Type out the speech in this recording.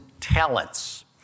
talents